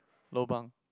lobang